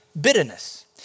bitterness